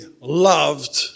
loved